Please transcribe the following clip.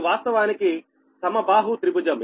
ఇది వాస్తవానికి సమబాహు త్రిభుజం